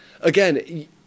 Again